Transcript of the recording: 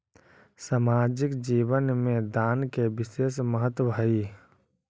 सामाजिक जीवन में दान के विशेष महत्व हई